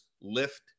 lift